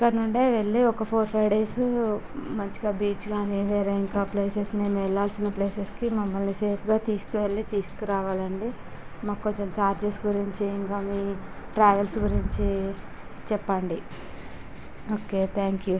ఇక్కడ నుంచే వెళ్ళి ఒక ఫోర్ ఫైవ్ డేస్ మంచిగా బీచ్లు అన్ని వేరే ఇంకా ప్లేసెస్ని మేము వెళ్ళాల్సిన ప్లేసెస్కి మమ్మల్ని సేఫ్గా తీసుకువెళ్ళి తీసుకు రావాలండి మాకు కొంచెం చార్జెస్ గురించి ఇంకా మీ ట్రావెల్స్ గురించి చెప్పండి ఓకే థ్యాంక్యు